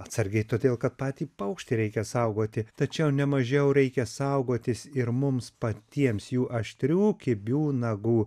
atsargiai todėl kad patį paukštį reikia saugoti tačiau nemažiau reikia saugotis ir mums patiems jų aštrių kibių nagų